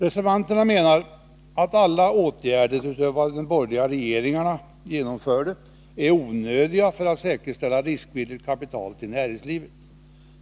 Reservanterna menar att alla åtgärder utöver dem de borgerliga regeringarna genomförde är onödiga för att säkerställa riskvilligt kapital till näringslivet.